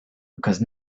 because